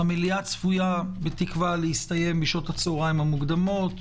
המליאה צפויה בתקווה להסתיים באזור 13:00,